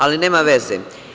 Ali, nema veze.